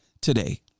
today